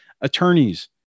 attorneys